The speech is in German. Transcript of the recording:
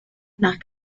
nach